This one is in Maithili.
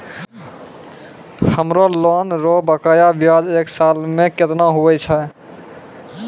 हमरो लोन रो बकाया ब्याज एक साल मे केतना हुवै छै?